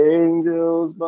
angels